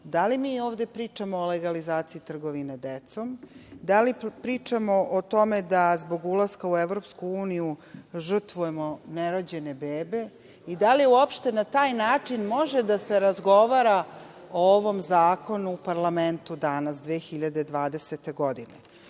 Da li mi ovde pričamo o legalizaciji trgovine decom, da li pričamo o tome zbog ulaska u EU žrtvujemo nerođene bebe i da li uopšte na taj način može da se razgovara o ovom zakonu u parlamentu danas, 2020. godine? Problem